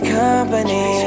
company